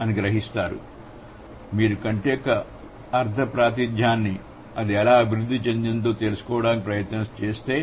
కాబట్టి మీరు కంటి యొక్క అర్థ ప్రాతినిధ్యాన్ని అది ఎలా అభివృద్ధి చెందినదో తెలుసుకోవడానికి ప్రయత్నిస్తే